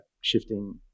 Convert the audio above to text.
shifting